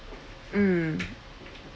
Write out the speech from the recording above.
mm